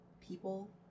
people